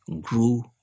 grew